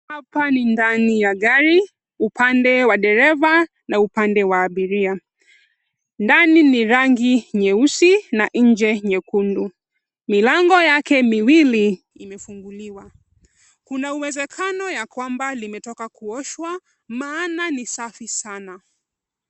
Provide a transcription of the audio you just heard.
Hapa ni ndani ya gari upande wa dereva na upande wa abiria. Ndani ni rangi nyeusi na nje nyekundu. Milango yake miwili imefunguliwa. Kuna uwezekano ya kwamba limetoka kuoshwa maana ni safi sana.